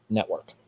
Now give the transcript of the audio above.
Network